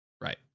Right